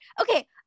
Okay